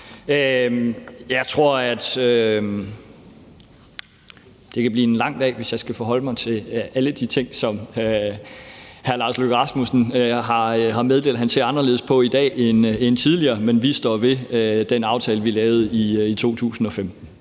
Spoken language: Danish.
Jeg tror, at det kan blive en lang dag, hvis jeg skal forholde mig til alle de ting, som udenrigsministeren har meddelt at han ser anderledes på i dag end tidligere, men vi står ved den aftale, vi lavede 2015.